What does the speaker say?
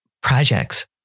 projects